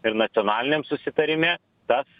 ir nacionaliniam susitarime tas